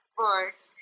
words